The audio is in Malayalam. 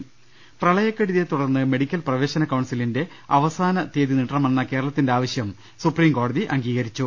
രുട്ട്ട്ട്ട്ട്ട്ട്ട പ്രളയക്കെടുതിയെ തുടർന്ന് മെഡിക്കൽ പ്രവേശന കൌൺസിലിന്റെ അവസാന തിയ്യതി നീട്ടണമെന്ന കേരളത്തിന്റെ ആവശ്യം സുപ്രീംകോടതി അംഗീകരിച്ചു